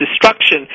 destruction